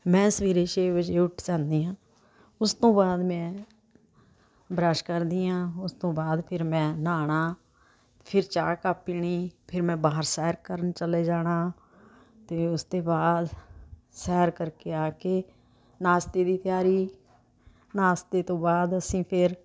ਮੈਂ ਸਵੇਰੇ ਛੇ ਵਜ਼ੇ ਉੱਠ ਜਾਂਦੀ ਹਾਂ ਉਸ ਤੋਂ ਬਾਅਦ ਮੈਂ ਬਰੱਸ਼ ਕਰਦੀ ਹਾਂ ਉਸ ਤੋਂ ਬਾਅਦ ਫਿਰ ਮੈਂ ਨਹਾਉਣਾਂ ਫਿਰ ਚਾਹ ਕੱਪ ਪੀਣੀ ਫਿਰ ਮੈਂ ਬਾਹਰ ਸੈਰ ਕਰਨ ਚਲੇ ਜਾਣਾ ਅਤੇ ਉਸ ਤੋਂ ਬਾਅਦ ਸੈਰ ਕਰਕੇ ਆ ਕੇ ਨਾਸ਼ਤੇ ਦੀ ਤਿਆਰੀ ਨਾਸ਼ਤੇ ਤੋਂ ਬਾਅਦ ਅਸੀਂ ਫਿਰ